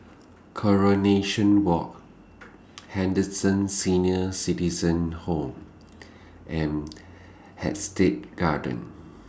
Coronation Walk Henderson Senior Citizens' Home and Hampstead Gardens